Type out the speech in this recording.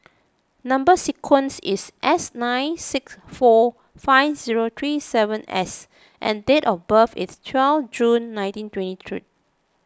Number Sequence is S nine six four five zero three seven S and date of birth is twelve June nineteen twenty three